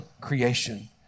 creation